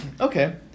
Okay